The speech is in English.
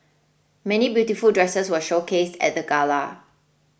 many beautiful dresses were showcased at the gala